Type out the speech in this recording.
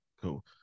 cool